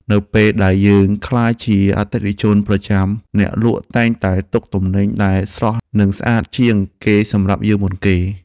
នៅពេលដែលយើងក្លាយជាអតិថិជនប្រចាំអ្នកលក់តែងតែទុកទំនិញដែលស្រស់និងស្អាតជាងគេសម្រាប់យើងមុនគេ។